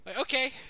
Okay